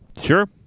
Sure